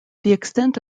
extent